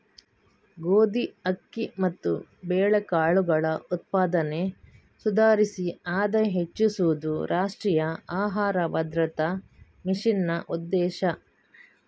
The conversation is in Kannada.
ಗೋಧಿ, ಅಕ್ಕಿ ಮತ್ತು ಬೇಳೆಕಾಳುಗಳ ಉತ್ಪಾದನೆ ಸುಧಾರಿಸಿ ಆದಾಯ ಹೆಚ್ಚಿಸುದು ರಾಷ್ಟ್ರೀಯ ಆಹಾರ ಭದ್ರತಾ ಮಿಷನ್ನ ಉದ್ದೇಶ